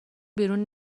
بیرون